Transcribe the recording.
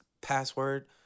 password